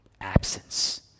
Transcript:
absence